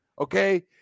okay